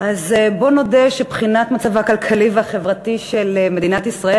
בואו נודה שבחינת מצבה הכלכלי והחברתי של מדינת ישראל